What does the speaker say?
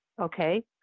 Okay